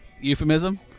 Euphemism